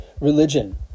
religion